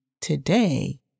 today